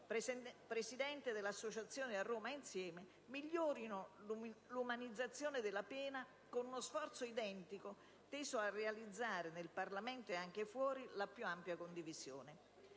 presidente dell'associazione «A Roma insieme», migliorino l'umanizzazione della pena con uno sforzo identico teso a realizzare, nel Parlamento ed anche fuori, la più ampia condivisione.